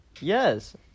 Yes